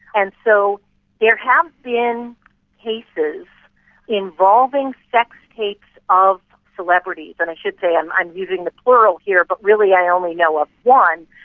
and so there have been cases involving sex tapes of celebrities, and i should say i'm i'm using the plural here, but really i only know of one,